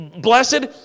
blessed